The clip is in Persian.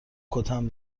کتم